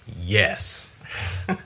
yes